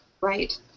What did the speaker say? Right